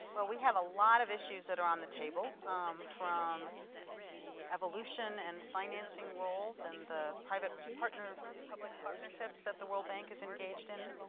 but we have a lot of issues that are on the table from the evolution and financing roles and the private partner public partnerships that the world bank is engaged in,